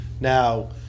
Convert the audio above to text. Now